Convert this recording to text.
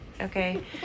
okay